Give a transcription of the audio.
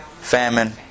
famine